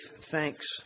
thanks